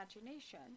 imagination